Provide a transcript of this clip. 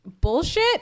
bullshit